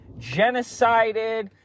genocided